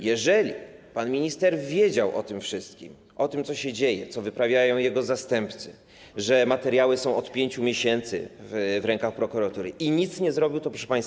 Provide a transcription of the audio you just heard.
Jeżeli pan minister wiedział o tym wszystkim, o tym, co się dzieje, co wyprawiają jego zastępcy, że materiały są od 5 miesięcy w rękach prokuratury, i nic nie zrobił, to bardzo źle, proszę